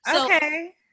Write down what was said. okay